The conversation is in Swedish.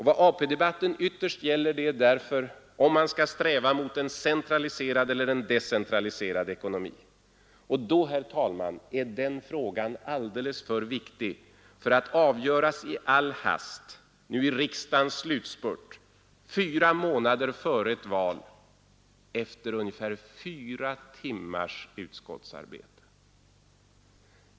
Vad AP-debatten ytterst gäller är därför om man bör sträva mot en centraliserad eller en decentraliserad ekonomi. Den frågan, herr talman, är alldeles för viktig för att nu avgöras i all hast — i riksdagens slutspurt, fyra månader före ett val — efter ungefär fyra timmars utskottsarbete!